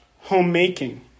homemaking